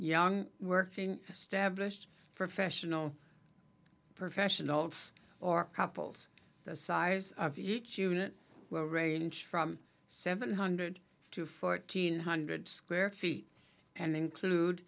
young working stablished professional professionals or couples the size of each unit will range from seven hundred to fourteen hundred square feet and include